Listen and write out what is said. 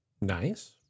Nice